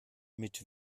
mit